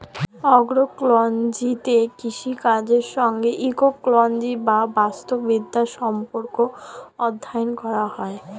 অ্যাগ্রোইকোলজিতে কৃষিকাজের সঙ্গে ইকোলজি বা বাস্তুবিদ্যার সম্পর্ক অধ্যয়ন করা হয়